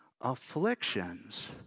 afflictions